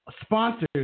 sponsors